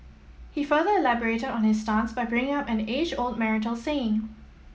he further elaborated on his stance by bringing up an age old marital saying